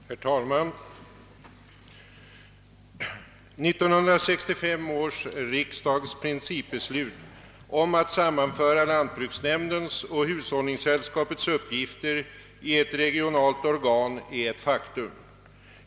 Herr talman! Riksdagens principbeslut år 1965 om att sammanföra lantbruksnämndernas och hushållningssällskapens uppgifter i ett regionalt organ är ett faktum.